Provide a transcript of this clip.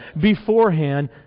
beforehand